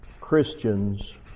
Christians